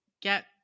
get –